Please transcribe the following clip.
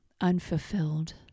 unfulfilled